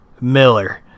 Miller